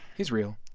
he's real.